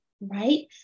right